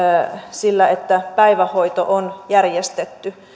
sillä että päivähoito on järjestetty